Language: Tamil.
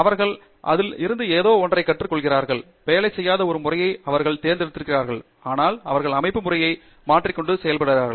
அவர்கள் அதில் இருந்து ஏதோ ஒன்றை கற்றுக் கொள்கிறார்கள் வேலை செய்யாத ஒரு முறையை அவர்கள் தேர்ந்தெடுத்திருக்கிறார்கள் அதனால் அவர்கள் அமைப்பு முறையை மாற்றிக்கொண்டு செல்கிறார்கள்